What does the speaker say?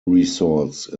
resorts